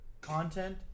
Content